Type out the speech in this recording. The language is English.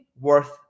worth